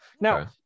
Now